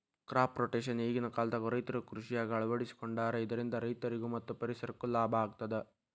crop rotation ಈಗಿನ ಕಾಲದಾಗು ರೈತರು ಕೃಷಿಯಾಗ ಅಳವಡಿಸಿಕೊಂಡಾರ ಇದರಿಂದ ರೈತರಿಗೂ ಮತ್ತ ಪರಿಸರಕ್ಕೂ ಲಾಭ ಆಗತದ